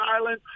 island